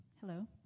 Hello